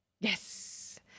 Yes